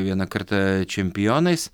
vieną kartą čempionais